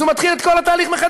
אז הוא מתחיל את כל התהליך מחדש,